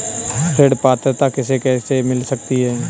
ऋण पात्रता किसे किसे मिल सकती है?